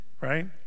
Right